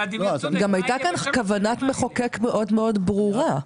גם הייתה כוונת מחוקק מאוד מאוד ברורה.